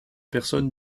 personnes